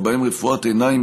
ובהם רפואת עיניים,